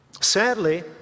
Sadly